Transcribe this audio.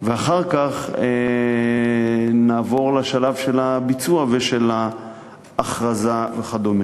ואחר כך נעבור לשלב של הביצוע ושל ההכרזה וכדומה.